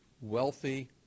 wealthy